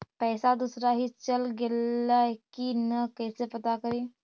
पैसा दुसरा ही चल गेलै की न कैसे पता करि?